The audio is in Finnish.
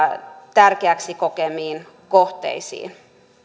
tärkeäksi kokemiin kohteisiin